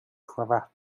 cravat